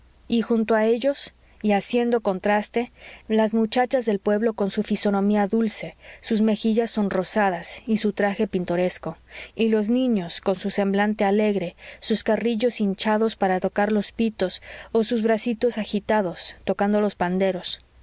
y junto a ellos y haciendo contraste las muchachas del pueblo con su fisonomía dulce sus mejillas sonrosadas y su traje pintoresco y los niños con su semblante alegre sus carrillos hinchados para tocar los pitos o sus bracitos agitados tocando los panderos